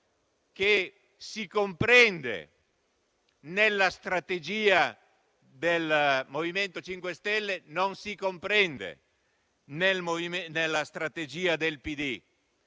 che si comprende nella strategia del MoVimento 5 Stelle, ma che non si comprende invece nella strategia del PD.